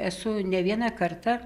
esu ne vieną kartą